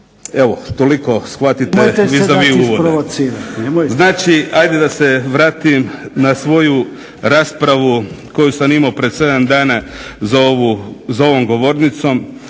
Evo toliko … Znači ajde da se vratim na svoju raspravu koju sam imao prije 7 dana za ovom govornicom